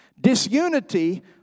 Disunity